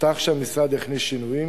הובטח שהמשרד יכניס שינויים